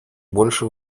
больше